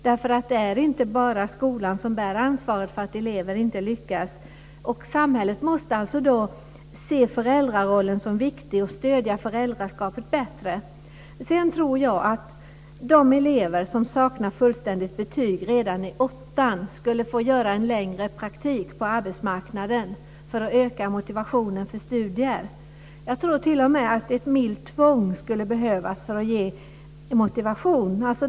Det är inte bara skolan som bär ansvaret för att elever inte lyckas, och samhället måste se föräldrarollen som viktig och stödja föräldraskapet bättre. Sedan tycker jag att de elever som saknar fullständigt betyg redan i åttan skulle få göra en längre praktik på arbetsmarknaden för att öka motivationen för studier. Jag tror t.o.m. att ett milt tvång skulle behövas för att ge motivation.